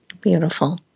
Beautiful